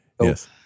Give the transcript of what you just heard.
Yes